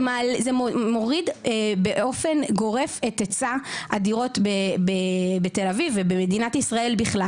זה מוריד באופן גורף את היצע הדירות בתל אביב ובמדינת ישראל בכלל